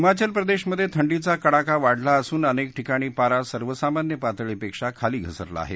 हिमाचल प्रदेशमध्ये थंडीचा कडाका वाढला असून अनेक ठिकाणी पारा सर्वसामान्य पातळीपेक्षा खाली घसरला आहे